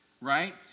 right